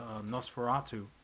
Nosferatu